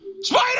Spider